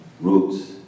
Roots